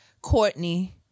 courtney